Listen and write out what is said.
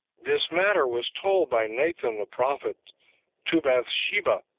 this matter was told by nathan the prophet to bathsheba,